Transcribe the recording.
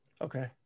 Okay